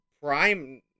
prime